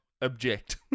Object